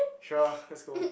sure let's go